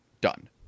done